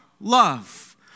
love